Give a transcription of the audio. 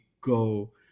go